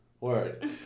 Word